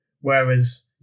Whereas